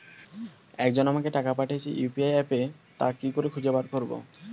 একজন আমাকে টাকা পাঠিয়েছে ইউ.পি.আই অ্যাপে তা কি করে খুঁজে বার করব?